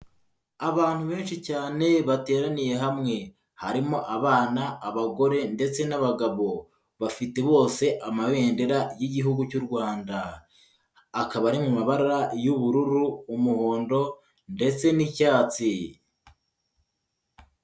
Abantu benshi cyane bateraniye hamwe, harimo abana, abagore ndetse n'abagabo, bafite bose Amabendera y'Igihugu cy'u Rwanda, akaba ari mu mabara y'ubururu, umuhondo ndetse n'icyatsi.